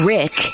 Rick